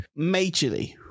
majorly